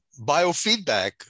biofeedback